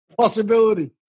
Possibility